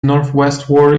northwestward